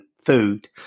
food